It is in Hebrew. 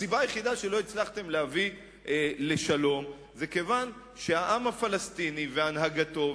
הסיבה היחידה שלא הצלחתכם להביא לשלום היא כיוון שהעם הפלסטיני והנהגתו,